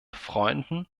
freunden